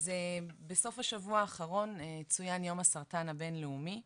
אז בסוף השבוע האחרון צוין יום הסרטן הבינלאומי.